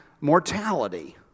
mortality